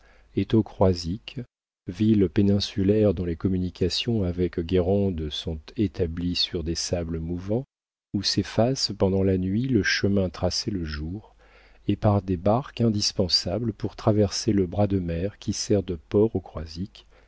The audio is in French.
au croisic ville péninsulaire dont les communications avec guérande sont établies sur des sables mouvants où s'efface pendant la nuit le chemin tracé le jour et par des barques indispensables pour traverser le bras de mer qui sert de port au